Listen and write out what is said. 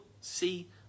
see